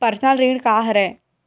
Personal ऋण का हरय?